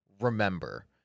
remember